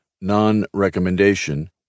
non-recommendation